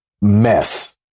mess